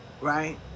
right